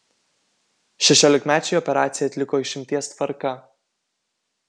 šešiolikmečiui operaciją atliko išimties tvarka